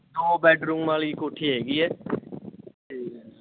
ਦੋ ਬੈਡਰੂਮ ਵਾਲੀ ਕੋਠੀ ਹੈਗੀ ਹੈ ਅਤੇ